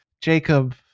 jacob